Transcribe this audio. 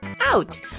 out